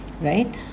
right